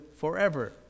forever